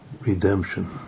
redemption